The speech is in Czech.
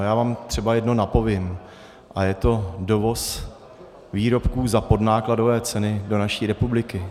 Já vám třeba jedno napovím a je to dovoz výrobků za podnákladové ceny do naší republiky.